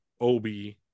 obi